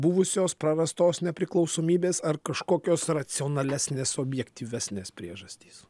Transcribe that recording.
buvusios prarastos nepriklausomybės ar kažkokios racionalesnės objektyvesnės priežastys